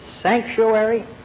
sanctuary